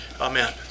Amen